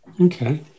Okay